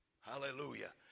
Hallelujah